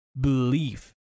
belief